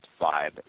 vibe